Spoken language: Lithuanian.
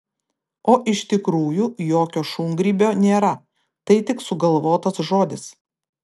o iš tikrųjų jokio šungrybio nėra tai tik sugalvotas žodis